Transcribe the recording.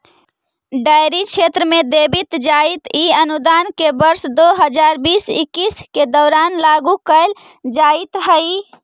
dairy क्षेत्र में देवित जाइत इ अनुदान के वर्ष दो हज़ार बीस इक्कीस के दौरान लागू कैल जाइत हइ